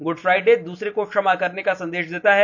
gourd Friday दूसरे को क्षमा करने का संदेष देता है